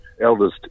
elders